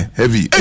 heavy